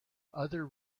other